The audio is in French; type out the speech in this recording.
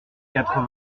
quatre